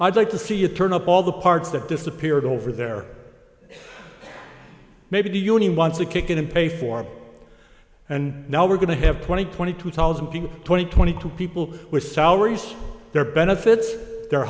i'd like to see it turn up all the parts that disappeared over there maybe the union wants to kick in and pay for it and now we're going to have twenty twenty two thousand people twenty twenty two people with salaries their benefits the